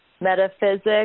metaphysics